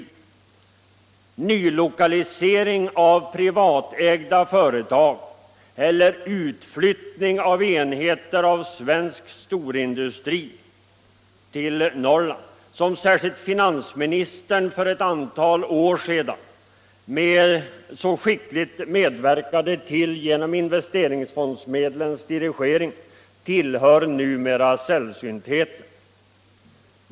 Nylokalisering av privatägda företag eller utflyttning av enheter av svensk storindustri till Norrland — som särskilt finansministern för ett antal år sedan skickligt medverkade till genom investeringsfondsmedlens dirigering — tillhör numera sällsyntheterna.